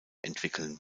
entwickeln